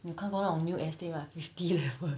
你看过那种 new estate mah fifty level